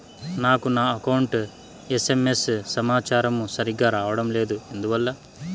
నాకు నా account SMS సమాచారము సరిగ్గా రావడం లేదు ఎందువల్ల?